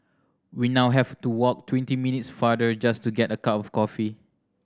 we now have to walk twenty minutes farther just to get a cup of coffee